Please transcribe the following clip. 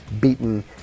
beaten